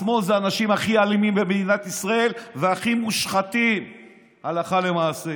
השמאל זה האנשים הכי האלימים במדינת ישראל והכי מושחתים הלכה למעשה.